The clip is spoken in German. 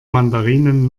mandarinen